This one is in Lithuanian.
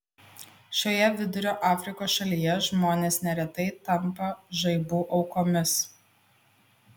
šioje vidurio afrikos šalyje žmonės neretai tampa žaibų aukomis